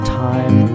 time